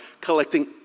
collecting